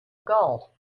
gall